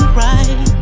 right